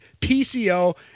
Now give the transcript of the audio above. PCO